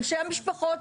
אנשי המשפחות,